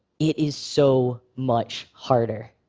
it is so much harder.